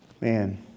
Man